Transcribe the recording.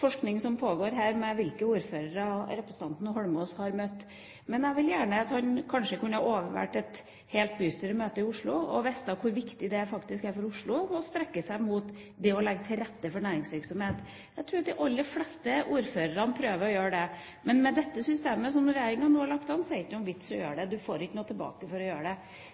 som pågår her, om hvilke ordførere som representanten Holmås har møtt. Men jeg ville gjerne at han kunne ha overvært et helt bystyremøte i Oslo. Da ville han ha visst hvor viktig det er for Oslo å strekke seg mot det å legge til rette for næringsvirksomhet. Jeg tror at de aller fleste ordførerne prøver å gjøre det. Men med dette systemet som regjeringen nå har lagt opp til, er det ingen vits i å gjøre det, du får ikke noe tilbake for å gjøre det.